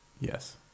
Yes